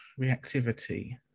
reactivity